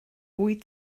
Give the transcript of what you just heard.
wyt